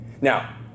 Now